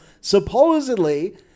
supposedly